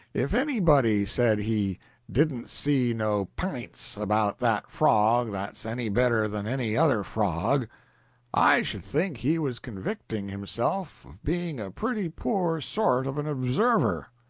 if anybody said he didn't see no p'ints about that frog that's any better than any other frog i should think he was convicting himself of being a pretty poor sort of an observer.